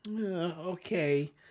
okay